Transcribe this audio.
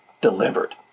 delivered